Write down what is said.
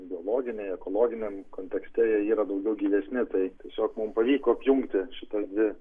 biologiniai ekologiniam kontekste jie yra daugiau gyvensi tai tiesiog mum pavyko apjungti šitas dvi